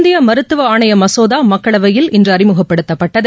இந்தியமருத்துவஆணையமசோதாமக்களவையில் இன்றுஅறிமுகப்படுத்தப்பட்டது